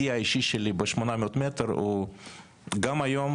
השיא האישי שלי ב-800 מטר הוא גם היום,